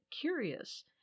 curious